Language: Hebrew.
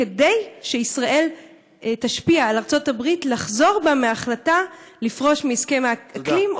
כדי שישראל תשפיע על ארצות הברית לחזור בה מההחלטה לפרוש מהסכם האקלים,